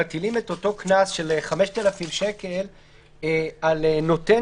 מטילים את אותו קנס של 5,000 שקל על נותן